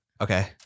Okay